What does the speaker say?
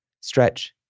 stretch